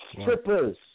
Strippers